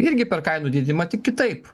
irgi per kainų didinimą tik kitaip